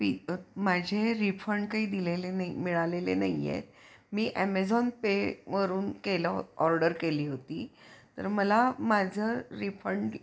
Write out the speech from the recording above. P माझे refund काही दिलेले नाही मिळालेले नाही आहेत मी ॲमेझॉन पेवरून केलं ऑर्डर केली होती तर मला माझं रिफंड